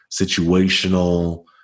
situational